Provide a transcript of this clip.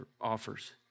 offers